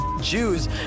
Jews